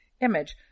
image